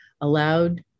allowed